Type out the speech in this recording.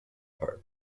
part